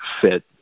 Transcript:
fit